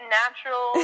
natural